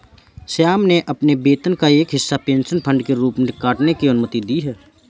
श्याम ने अपने वेतन का एक हिस्सा पेंशन फंड के रूप में काटने की अनुमति दी है